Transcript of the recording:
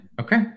okay